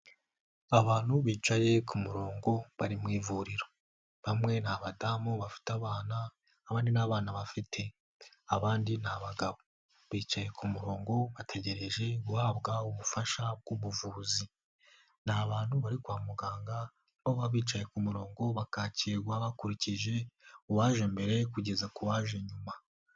Abantu bicaye ku murongo bari mu ivuriro, bamwe ni abadamu bafite abana, abandi ntabana bafite abandi ni abagabo bicaye ku murongo bategereje guhabwa ubufasha bw'ubuvuzi. Ni abantu bari kwa muganga baba bicaye ku murongo bakakirwa bakurikije uwaje mbere kugeza ku waje nyuma.